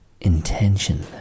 intention